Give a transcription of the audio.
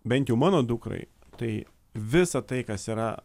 bent jau mano dukrai tai visa tai kas yra